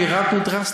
בעישון ירדנו דרסטית.